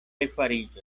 refariĝos